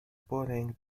pulling